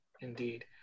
Indeed